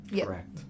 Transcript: Correct